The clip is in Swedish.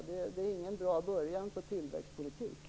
Det är ingen bra början på tillväxtpolitiken.